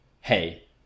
hey